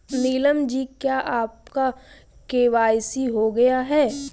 नीलम जी क्या आपका के.वाई.सी हो गया है?